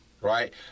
right